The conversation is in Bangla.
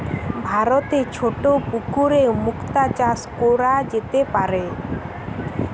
ভারতে ছোট পুকুরেও মুক্তা চাষ কোরা যেতে পারে